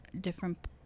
different